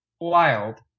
Wild